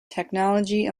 technology